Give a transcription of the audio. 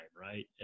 Right